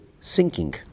sinking